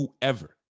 whoever